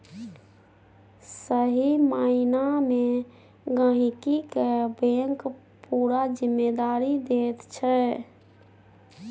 सही माइना मे गहिंकी केँ बैंक पुरा जिम्मेदारी दैत छै